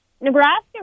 Nebraska